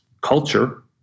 culture